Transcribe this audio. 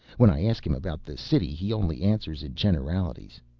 when i ask him about the city he only answers in generalities.